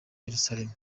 yeruzalemu